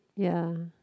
ya